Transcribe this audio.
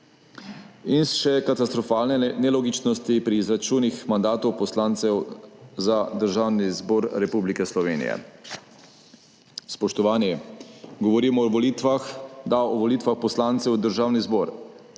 In še katastrofalne nelogičnosti pri izračunih mandatov poslancev za Državni zbor Republike Slovenije. Spoštovani, govorimo o volitvah, da o volitvah poslancev v Državni zbor